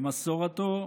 למסורתו,